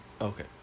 Okay